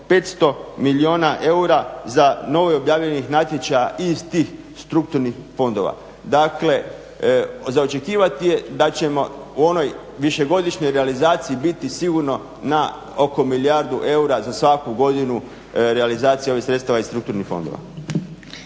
500 milijuna eura za novo objavljivanje natječaja iz tih strukturnih fondova. Dakle, za očekivati je da ćemo u onoj višegodišnjoj realizaciji biti sigurno na oko milijardu eura za svaku godinu realizacije ovih sredstava iz strukturnih fondova.